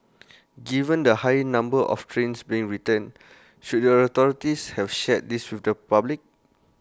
given the high number of trains being returned should the authorities have shared this with the public